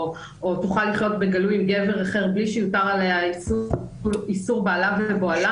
תוכל לחיות בגלוי עם גבר אחר בלי שיוטל עליה איסור בעלה ובועלה